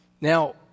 Now